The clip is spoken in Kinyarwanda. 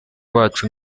bacu